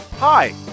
Hi